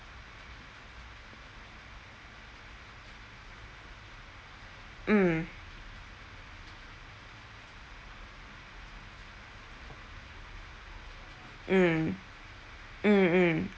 mm mm mm mm